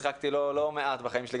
שיחקתי לא מעט בחיים שלי,